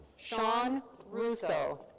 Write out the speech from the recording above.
sean russo.